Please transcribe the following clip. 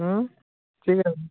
হুম ঠিক আছে